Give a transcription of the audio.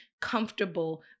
comfortable